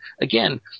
again